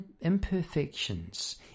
imperfections